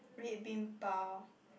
red bean pao